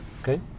okay